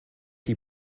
die